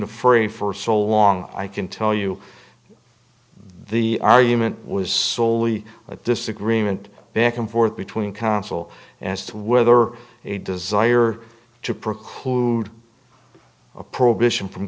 the free for so long i can tell you the argument was soley a disagreement back and forth between counsel as to whether a desire to preclude a prohibition from